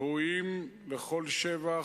הם ראויים לכל שבח,